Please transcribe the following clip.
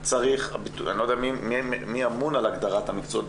אני לא יודע מי אמון על הגדרת המקצועות,